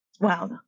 Wow